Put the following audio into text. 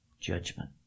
judgment